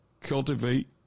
cultivate